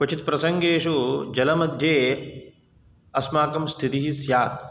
क्वचित् प्रसङ्गेषु जलमध्ये अस्माकं स्थितिः स्यात्